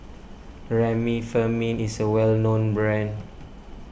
Remifemin is a well known brand